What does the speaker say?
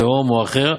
לאום או אחר,